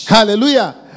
Hallelujah